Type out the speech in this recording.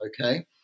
Okay